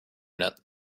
internet